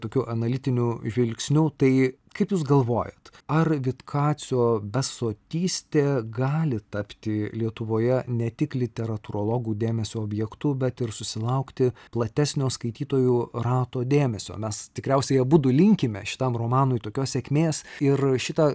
tokiu analitiniu žvilgsniu tai kaip jūs galvojat ar vitkacio besotystė gali tapti lietuvoje ne tik literatūrologų dėmesio objektu bet ir susilaukti platesnio skaitytojų rato dėmesio mes tikriausiai abudu linkime šitam romanui tokios sėkmės ir šitą